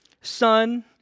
Son